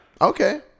Okay